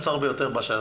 משם.